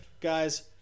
guys